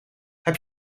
heb